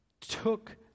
took